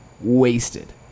wasted